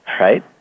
right